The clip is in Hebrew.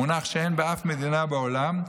מונח שאין באף מדינה בעולם.